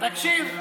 תקשיב.